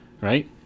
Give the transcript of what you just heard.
Right